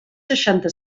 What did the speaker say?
seixanta